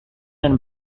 dan